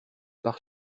pare